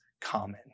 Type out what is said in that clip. common